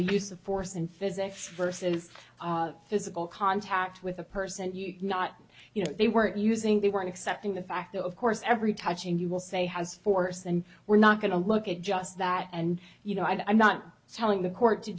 the use of force in physics versus physical contact with a person not you know they weren't using they weren't accepting the fact that of course every touching you will say has force and we're not going to look at just that and you know i not telling the court to